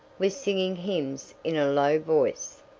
was singing hymns in a low voice.